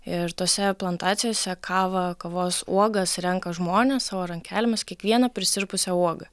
ir tose plantacijose kavą kavos uogas renka žmonės savo rankelėmis kiekvieną prisirpusią uogą